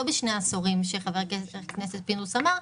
לא בשני העשורים שחבר הכנסת פינדרוס אמר,